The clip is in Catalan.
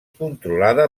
controlada